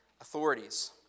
authorities